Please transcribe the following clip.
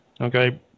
Okay